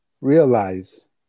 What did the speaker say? realize